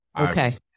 Okay